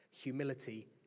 humility